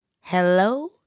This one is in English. hello